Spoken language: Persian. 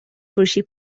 فروشی